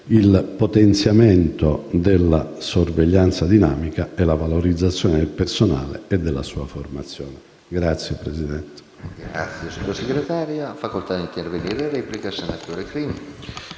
il potenziamento della sorveglianza dinamica e la valorizzazione del personale e della sua formazione.